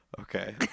Okay